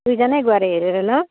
दुईजनै गएर हेरेर ल